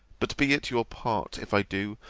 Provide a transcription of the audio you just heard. but be it your part, if i do,